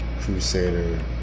crusader